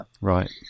Right